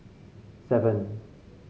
seven